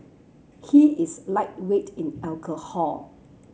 he is lightweight in alcohol